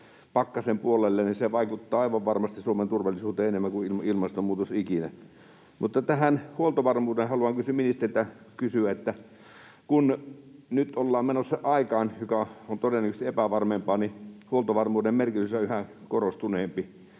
pakkasen puolelle, niin se vaikuttaa aivan varmasti Suomen turvallisuuteen enemmän kuin ilmastonmuutos ikinä. Mutta tähän huoltovarmuuteen liittyen haluan ministeriltä kysyä: Kun nyt ollaan menossa aikaan, joka on todennäköisesti epävarmempaa, niin huoltovarmuuden merkitys on yhä korostuneempi